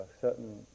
certain